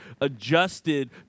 adjusted